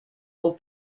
aux